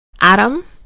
Adam